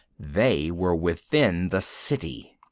they were within the city!